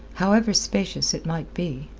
however spacious it might be.